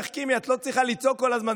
תקשיבי, תחכימי, את לא צריכה לצעוק כל הזמן.